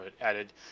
added